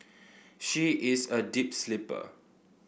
she is a deep sleeper